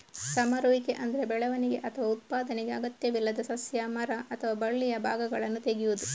ಸಮರುವಿಕೆ ಅಂದ್ರೆ ಬೆಳವಣಿಗೆ ಅಥವಾ ಉತ್ಪಾದನೆಗೆ ಅಗತ್ಯವಿಲ್ಲದ ಸಸ್ಯ, ಮರ ಅಥವಾ ಬಳ್ಳಿಯ ಭಾಗಗಳನ್ನ ತೆಗೆಯುದು